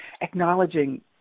acknowledging